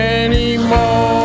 anymore